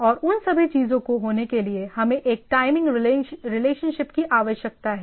और उन सभी चीजों को होने के लिए हमें एक टाइमिंग रिलेशनशिप की आवश्यकता है